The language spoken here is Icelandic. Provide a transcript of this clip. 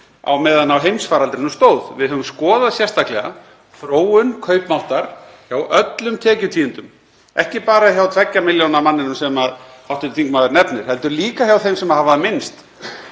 á meðan á heimsfaraldri stóð. Við höfum skoðað sérstaklega þróun kaupmáttar hjá öllum tekjutíundum, ekki bara hjá 2 milljóna manninum sem hv. þingmaður nefnir heldur líka hjá þeim sem hafa minnst.